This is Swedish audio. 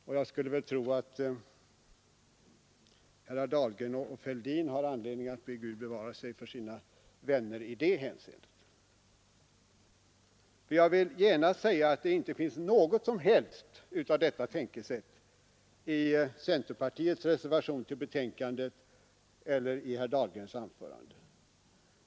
Jag skulle tro att herrar Dahlgren och Fälldin har anledning att be Gud bevara sig för sina vänner i det hänseendet. Jag vill genast säga att det inte finns något som helst av denna tanke i centerpartiets reservation till betänkandet eller i herr Dahlgrens anförande.